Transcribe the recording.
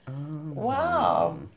wow